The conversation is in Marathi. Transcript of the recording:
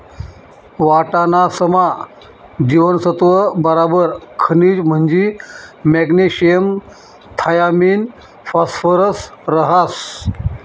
वाटाणासमा जीवनसत्त्व बराबर खनिज म्हंजी मॅग्नेशियम थायामिन फॉस्फरस रहास